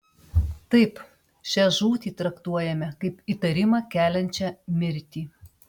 taip šią žūtį traktuojame kaip įtarimą keliančią mirtį